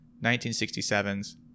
1967's